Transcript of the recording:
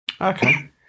Okay